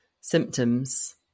symptoms